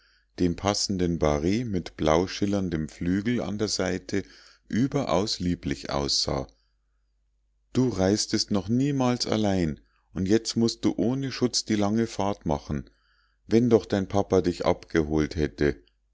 dem passenden barett mit blau schillerndem flügel an der seite überaus lieblich aussah du reistest noch niemals allein und jetzt mußt du ohne schutz die lange fahrt machen wenn doch dein papa dich abgeholt hätte